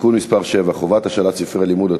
(תיקון מס' 7) (חובת השאלת ספרי לימוד),